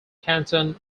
canton